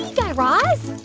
guy raz.